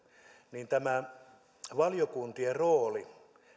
niin valiokuntien rooli